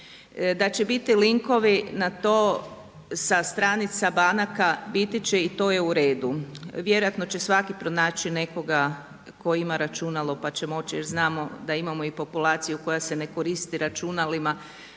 Da će biti linkovi na to sa stranica banaka biti će i to je u redu. Vjerojatno će svaki pronaći nekoga tko ima računalo pa će moći, jer znano da imamo i populaciju koja se ne koristi računalima,